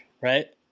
right